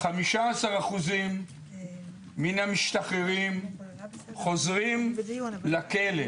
15% מן המשתחררים חוזרים לכלא.